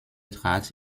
draht